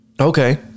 Okay